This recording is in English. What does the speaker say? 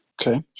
okay